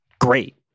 great